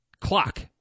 clock